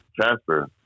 transfer